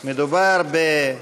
מכובדי.